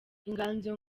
inganzo